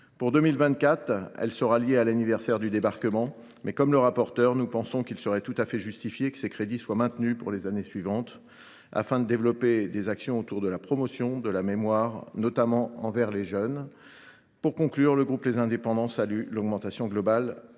Pour 2024, elle sera liée à l’anniversaire des débarquements. Mais, à l’instar de M. le rapporteur spécial, nous considérerions tout à fait justifié que ces crédits soient maintenus pour les années suivantes, afin de développer des actions autour de la promotion de la mémoire, notamment envers les jeunes. Pour conclure, le groupe Les Indépendants salue l’augmentation globale